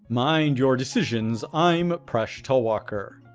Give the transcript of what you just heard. mind your decisions, i'm presh talwalkar.